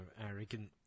arrogant